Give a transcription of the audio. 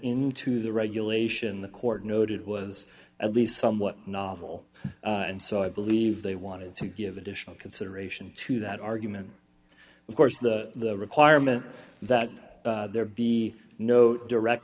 into the regulation the court noted was at least somewhat novel and so i believe they wanted to give additional consideration to that argument of course the requirement that there be no direct